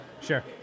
sure